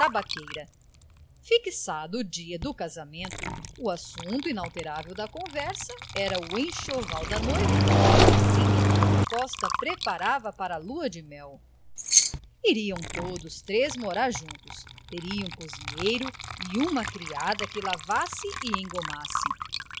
tabaqueira fixado o dia do casamento o assunto inalterável da conversa era o enxoval da noiva e a casinha que o costa preparava para a lua-de-mel iriam todos três morar juntos teriam cozinheiro e uma criada que lavasse e engomasse o